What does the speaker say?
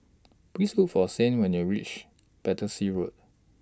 Please Look For Saint when you're REACH Battersea Road